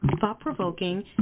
thought-provoking